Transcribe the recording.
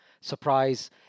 surprise